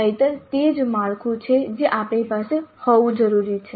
નહિંતર તે જ માળખું છે જે આપણી પાસે હોવું જરૂરી છે